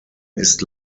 ist